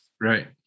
Right